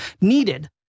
needed